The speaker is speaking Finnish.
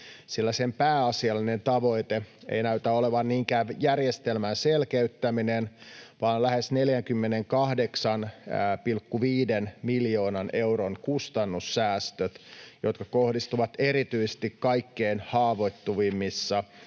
sillä sen pääasiallinen tavoite ei näytä olevan niinkään järjestelmän selkeyttäminen vaan lähes 48,5 miljoonan euron kustannussäästöt, jotka kohdistuvat erityisesti kaikkein haavoittuvimmassa